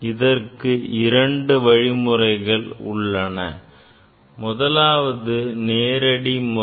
இதற்கு இரண்டு வழிமுறைகள் உள்ளன முதலாவது நேரடி முறை